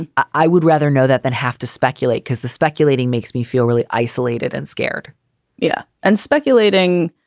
i would rather know that than have to speculate because the speculating makes me feel really isolated and scared yeah and speculating,